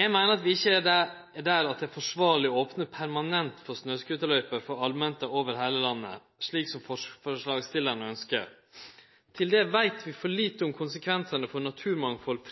Eg meiner at vi ikkje er der at det er forsvarleg å opne permanent for snøscooterløyper for allmenta over heile landet, slik som forslagsstillarane ønskjer. Til det veit vi for lite om konsekvensane for naturmangfald,